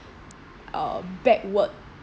uh backward